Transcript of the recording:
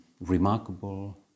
remarkable